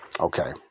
Okay